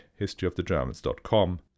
historyofthegermans.com